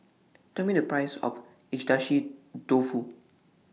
Tell Me The Price of Agedashi Dofu